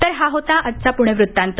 तर हा होता आजचा पुणे वृत्तांत